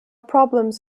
problems